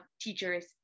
teachers